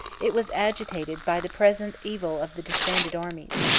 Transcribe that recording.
it was agitated by the present evil of the disbanded armies.